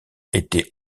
était